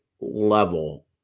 level